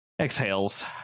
exhales